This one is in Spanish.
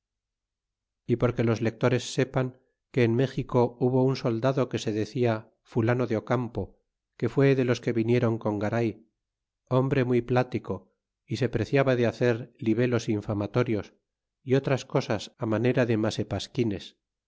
y porque los lectores sepan que en méxico hubo un soldado que se decia fulano de ocampo que fué de los que viniéron con garay hombre muy pltico y se preciaba de hacer libelos infamatorios y otras cosas á manera de